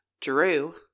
Drew